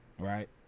Right